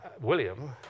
William